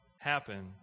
happen